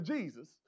Jesus